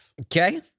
Okay